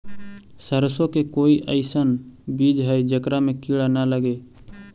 सरसों के कोई एइसन बिज है जेकरा में किड़ा न लगे?